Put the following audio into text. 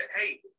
hey